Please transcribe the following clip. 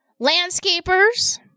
landscapers